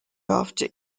after